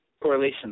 correlation